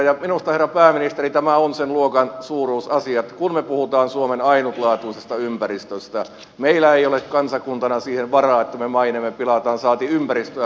minusta herra pääministeri tämä on sen suuruusluokan asia että kun me puhumme suomen ainutlaatuisesta ympäristöstä meillä ei ole kansakuntana siihen varaa että me maineemme pilaamme saati ympäristöä pilaamme